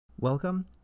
Welcome